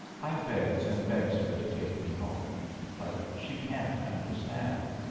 i begs and begs her to take me home but she can't understand.